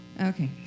Okay